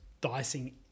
dicing